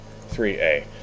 3A